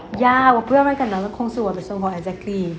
ya 我不要让一个男人控制我的生活 exactly